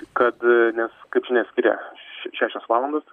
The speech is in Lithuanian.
kad nes kaip žinia skiria še šešios valandos